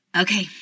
Okay